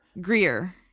Greer